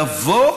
לבוא,